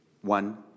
one